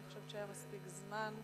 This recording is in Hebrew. אני חושבת שהיה מספיק זמן.